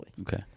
Okay